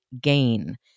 gain